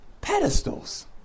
pedestals